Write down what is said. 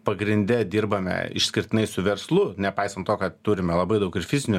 pagrinde dirbame išskirtinai su verslu nepaisant to kad turime labai daug ir fizinių